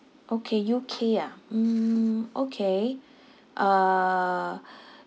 okay U_K ah mm okay uh